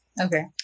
Okay